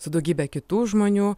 su daugybe kitų žmonių